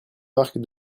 marc